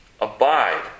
Abide